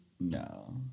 No